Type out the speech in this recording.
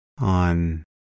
on